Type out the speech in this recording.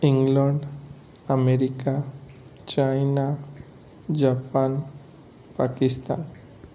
England America China Japan Pakistan